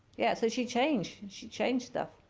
yeah, so she changed she changed stuff.